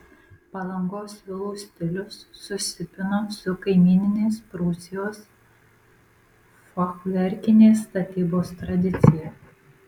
palangos vilų stilius susipina su kaimyninės prūsijos fachverkinės statybos tradicija